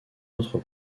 autre